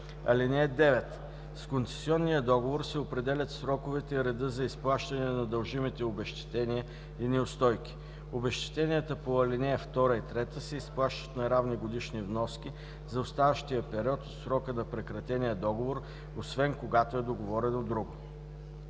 такива. (9) С концесионния договор се определят сроковете и редът за изплащане на дължимите обезщетения и неустойки. Обезщетенията по ал. 2 и 3 се изплащат на равни годишни вноски за оставащия период от срока на прекратения договор, освен когато е договорено друго.“